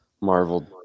Marvel